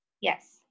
Yes